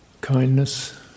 Kindness